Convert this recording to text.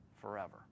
forever